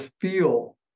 feel